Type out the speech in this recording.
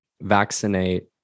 vaccinate